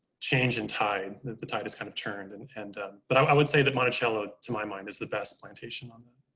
change in tide. that the tide is kind of turned and and but i would say that monticello, to my mind is the best plantation on that.